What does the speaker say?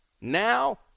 Now